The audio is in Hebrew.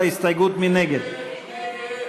משה גפני,